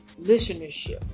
listenership